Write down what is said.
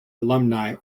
alumni